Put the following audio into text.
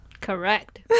Correct